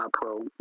pro